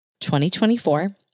2024